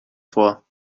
vor